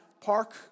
park